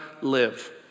live